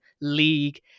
league